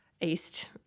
east